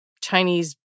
chinese